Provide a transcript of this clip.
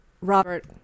Robert